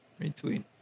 retweet